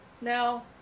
Now